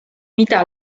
mida